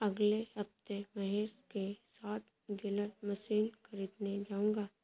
अगले हफ्ते महेश के साथ बेलर मशीन खरीदने जाऊंगा